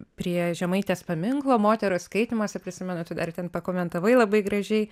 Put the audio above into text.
prie žemaitės paminklo moterų skaitymas ir prisimenu tu dar ten pakomentavai labai gražiai